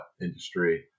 industry